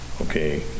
okay